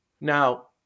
Now